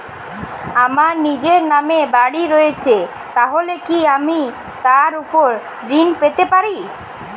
আমার নিজের নামে বাড়ী রয়েছে তাহলে কি আমি তার ওপর ঋণ পেতে পারি?